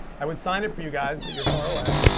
i would sign it for you guys, but you're far away.